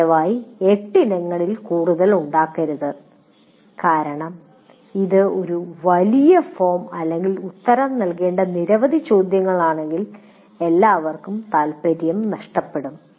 ദയവായി 8 ഇനങ്ങളിൽ കൂടുതൽ ഉണ്ടാക്കരുത് കാരണം ഇത് ഒരു വലിയ ഫോം അല്ലെങ്കിൽ ഉത്തരം നൽകേണ്ട നിരവധി ചോദ്യങ്ങളാണെങ്കിൽ എല്ലാവർക്കും താൽപ്പര്യം നഷ്ടപ്പെടും